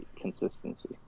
consistency